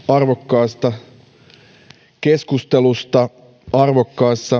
tästä arvokkaasta keskustelusta arvokkaassa asiassa ja